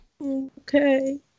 Okay